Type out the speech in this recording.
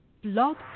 Blog